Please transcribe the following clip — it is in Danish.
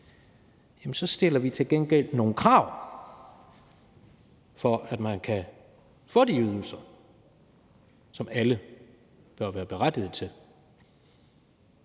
så stiller vi til gengæld nogle krav for, at man kan få de ydelser, som alle bør være berettigede til,